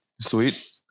Sweet